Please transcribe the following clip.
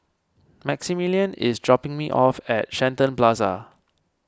Maximilian is dropping me off at Shenton Plaza